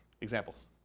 Examples